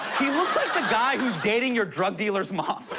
he looks like the guy who's dating your drug dealer's mom.